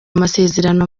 amasezerano